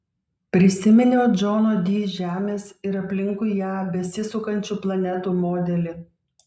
prisiminiau džono di žemės ir aplinkui ją besisukančių planetų modelį